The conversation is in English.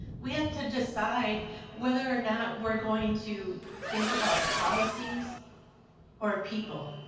we have to decide whether or not we're going to think about policies or people.